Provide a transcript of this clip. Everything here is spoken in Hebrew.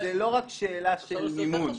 זאת לא רק שאלה של מימון.